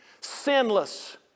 Sinless